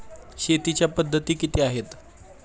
शेतीच्या पद्धती किती आहेत?